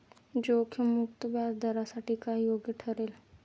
जोखीम मुक्त व्याजदरासाठी काय योग्य ठरेल?